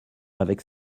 avec